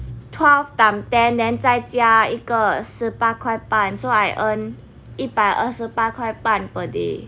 twelve time ten then 再加一个十八块半 so I earn 一百二十八块半 per day